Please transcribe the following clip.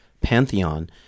pantheon